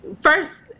first